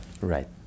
Right